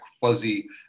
fuzzy